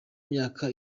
myaka